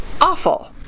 awful